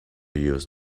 use